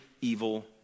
evil